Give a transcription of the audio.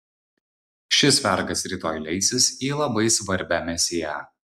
šis vergas rytoj leisis į labai svarbią misiją